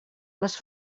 les